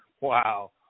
Wow